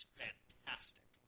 fantastic